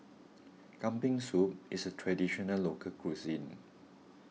Kambing Soup is a Traditional Local Cuisine